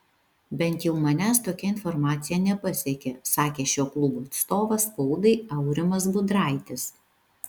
bent jau manęs tokia informacija nepasiekė sakė šio klubo atstovas spaudai aurimas budraitis